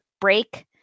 break